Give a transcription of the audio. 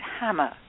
hammer